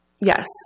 Yes